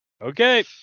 Okay